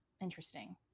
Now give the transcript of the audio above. interesting